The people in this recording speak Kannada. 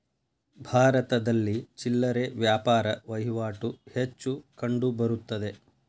ಭಾರತದಲ್ಲಿ ಚಿಲ್ಲರೆ ವ್ಯಾಪಾರ ವಹಿವಾಟು ಹೆಚ್ಚು ಕಂಡುಬರುತ್ತದೆ